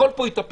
הכול פה התהפך.